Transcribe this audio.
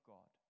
God